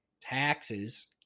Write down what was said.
taxes